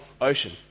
ocean